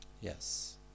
Yes